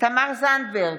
תמר זנדברג,